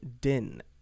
din